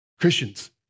Christians